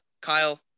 Kyle